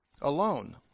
Alone